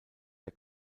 der